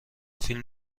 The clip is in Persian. فیلم